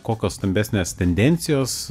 kokios stambesnės tendencijos